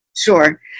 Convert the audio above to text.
Sure